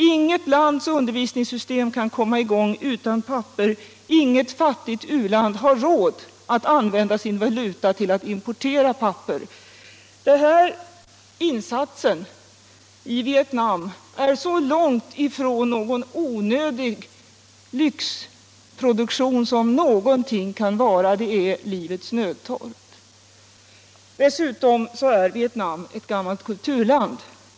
Inget lands undervisningssystem kan komma i gång utan papper, inget fattigt u-land har råd att använda sin valuta till att importera papper. Denna insats i Vietnam är så långt ifrån någon onödig lyxproduktion som någonting kan vara — den är oundgänglig i kampen för livets nödtorft. Dessutom är Vietnam ett gammalt kulturland.